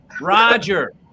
Roger